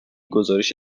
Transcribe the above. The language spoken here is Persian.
گزارش